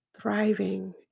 thriving